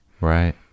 Right